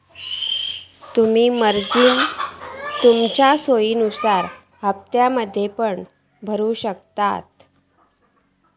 तुम्ही मार्जिन तुमच्या सोयीनुसार हप्त्त्यांमध्ये पण भरु शकतास